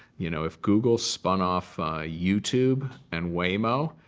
you know if google spun off youtube and waymo,